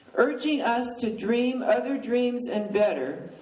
urging us to dream other dreams and better,